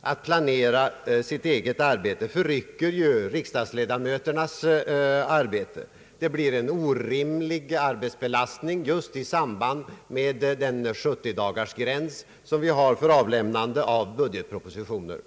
att planera sitt eget arbete förrycker riksdagsledamöternas arbete. Det blir en orimlig arbetsbelastning just i samband med sjuttiodagarsgränsen för avlämnandet av budgetpropositioner.